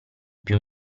più